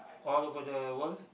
all over the world